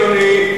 הגיוני,